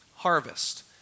harvest